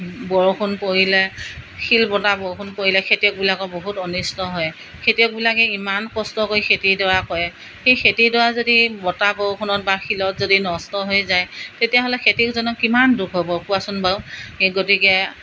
বৰষুণ পৰিলে শিল বতাহ বৰষুণ পৰিলে খেতিয়কবিলাকৰ বহুত অনিষ্ট হয় খেতিয়কবিলাকে ইমান কষ্ট কৰি খেতিডৰা কৰে সেই খেতিডৰা যদি বতাহ বৰষুণত বা শিলত যদি নষ্ট হৈ যায় তেতিয়াহ'লে খেতিকজনক কিমান দুখ হ'ব কোৱাচোন বাৰু গতিকে